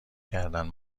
کردن